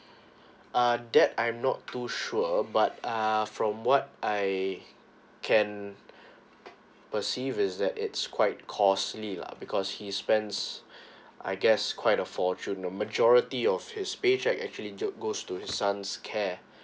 uh that I'm not too sure but err from what I can perceive is that it's quite costly lah because he spends I guess quite a fortune majority of his paycheque actually go goes to his son's care